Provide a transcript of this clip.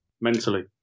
mentally